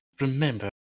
remember